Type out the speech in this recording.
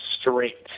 straight